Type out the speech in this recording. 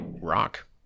rock